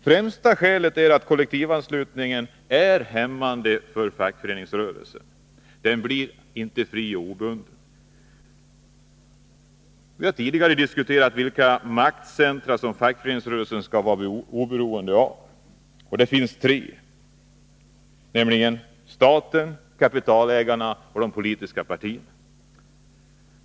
Främsta skälet är att kollektivanslutningen är hämmande för fackföreningsrörelsen — den blir alltså inte fri och obunden. Vi har tidigare diskuterat vilka maktcentra fackföreningsrörelsen skall vara oberoende av. Det finns tre viktiga maktcentra som fackföreningsrörelsen måste vara oberoende av, nämligen staten, kapitalägarna och de politiska partierna.